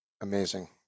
Amazing